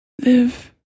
live